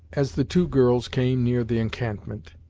as the two girls came near the encampment,